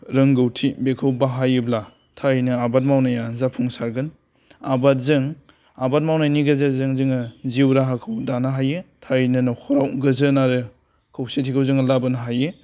रोंगौथि बेखौ बाहायोब्ला थारैनो आबाद मावनाया जाफुंसारगोन आबादजों आबाद मावनायनि गेजेरजों जोङो जिउ राहाखौ दानो हायो थारैनो नख'राव गोजोन आरो खौसेथिखौ जोङो लाबोनो हायो